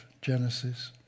Genesis